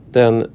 den